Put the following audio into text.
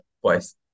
twice